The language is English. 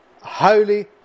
holy